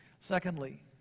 Secondly